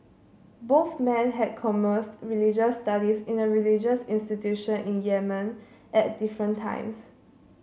both men had commenced religious studies in a religious institution in Yemen at different times